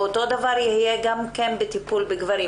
אותו דבר יהיה גם בטיפול בגברים.